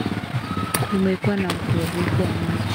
Kumekuwa na mfuriko wa maji.